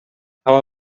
how